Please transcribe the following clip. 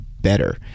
better